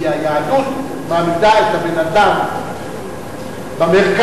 כי היהדות מעמידה את בן-האדם במרכז,